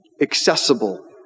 accessible